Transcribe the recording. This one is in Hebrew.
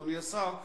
אדוני השר,